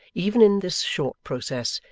even in this short process,